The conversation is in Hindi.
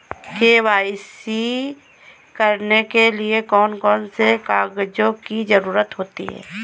के.वाई.सी करने के लिए कौन कौन से कागजों की जरूरत होती है?